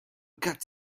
got